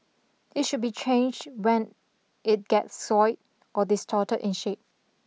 it should be changed when it gets soiled or distorted in shape